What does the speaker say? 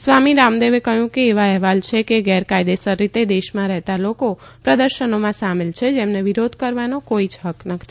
સ્વામી રામદેવે કહ્યું કે એવા અહેવાલ છે કે ગેરકાયદેસર રીતે દેશમાં રહેતા લોકો પ્રદર્શનોમાં સામેલ છે જેમને વિરોધ કરવાનો કોઈ હક્ક નથી